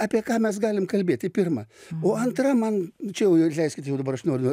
apie ką mes galim kalbėti pirma o antra man čia jau leiskit jau dabar aš noriu